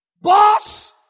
Boss